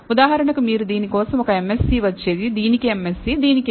ఉదాహరణకు మీకు దీని కోసం ఒక MSE వచ్చేది దీనికి MSE దీనికి MSE